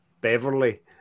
Beverly